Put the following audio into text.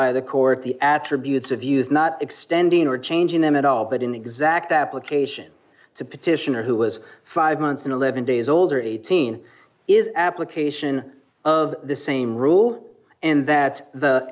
by the court the attributes of use not extending or changing them at all but in exact application to petitioner who was five months and eleven days old or eighteen is application of the same rule and that the